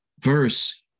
verse